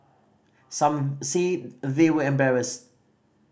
some said they were embarrassed